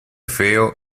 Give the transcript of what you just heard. feo